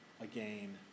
again